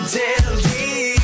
daily